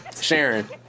Sharon